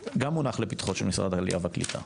גם מונח לפתחו של משרד העלייה והקליטה,